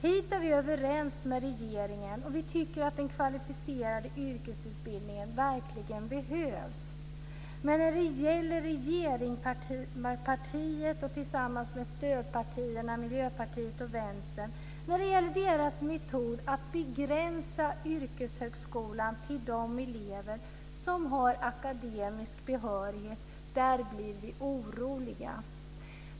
Hit är vi överens med regeringen, dvs. att den kvalificerade yrkesutbildningen verkligen behövs. Men när det gäller regeringspartiets - tillsammans med stödpartierna Miljöpartiet och Vänstern - metod att begränsa yrkeshögskolan till elever med akademisk behörighet blir vi oroliga.